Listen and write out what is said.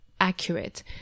accurate